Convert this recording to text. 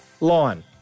line